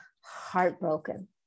heartbroken